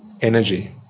energy